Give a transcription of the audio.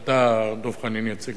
דב חנין יציג את שלו,